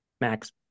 Max